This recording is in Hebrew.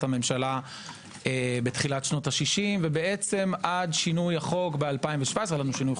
הממשלה בתחילת שנות ה-60' עד שינוי החוק ב-2017,